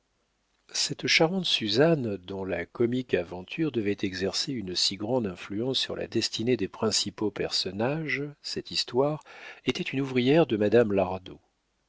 cette charmante suzanne dont la comique aventure devait exercer une si grande influence sur la destinée des principaux personnages de cette histoire était une ouvrière de madame lardot